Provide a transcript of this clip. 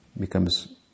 becomes